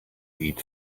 eat